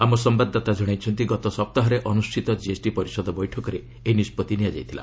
ଆମ ସମ୍ଭାଦାଦାତା ଜଣାଇଛନ୍ତି ଗତ ସପ୍ତାହରେ ଅନୁଷ୍ଠିତ କିଏସ୍ଟି ପରିଷଦ ବୈଠକରେ ଏହି ନିଷ୍କଭି ନିଆଯାଇଥିଲା